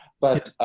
but